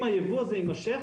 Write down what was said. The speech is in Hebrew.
אם הייבוא הזה יימשך,